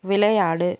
விளையாடு